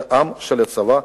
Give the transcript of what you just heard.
זה עם של צבא,